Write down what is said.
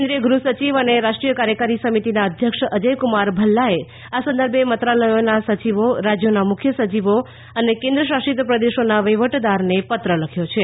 કેન્દ્રીય ગૃહ સચિવ અને રાષ્ટ્રીય કાર્યકારી સમિતિના અધ્યક્ષ અજયકુમાર ભલ્લાએ આ સંદર્ભે મંત્રાલયોના સચિવો અને રાજ્યોના મુખ્ય સચિવો અને કેન્દ્ર શાસિત પ્રદેશોના વફીવટદારને પત્ર લખ્યો છે